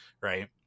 right